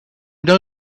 know